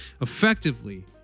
effectively